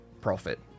profit